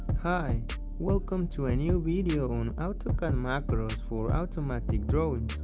hi welcome to a new video on autocad macros for automatic drawings